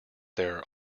there